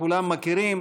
כולם מכירים.